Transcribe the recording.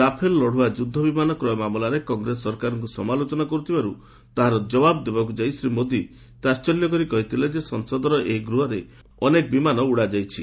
Rafale ଲଢୁଆ ଯୁଦ୍ଧ ବିମାନ କ୍ରୟ ମାମଲାରେ କଂଗ୍ରେସ ସରକାରଙ୍କୁ ସମାଲୋଚନା କରୁଥିବାରୁ ତାହାର ଜବାବ ଦେବାକୁ ଯାଇ ଶ୍ରୀ ମୋଦି ତାଚ୍ଛଲ୍ୟକରି କହିଥିଲେ ଯେ ସଂସଦର ଏହି ଗୃହରେ ଅନେକ ବିମାନ ଉଡ଼ାଯାଉଛି